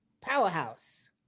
powerhouse